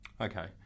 Okay